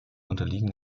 unterliegen